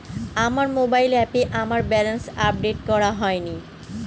আমার মোবাইল অ্যাপে আমার ব্যালেন্স আপডেট করা হয়নি